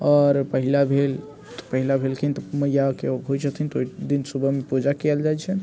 आओर पहले भेल पहले भेलखिन तऽ मैयाके होइ छथिन तऽ ओहि दिन सुबहमे पूजा कयल जाइ छैन्ह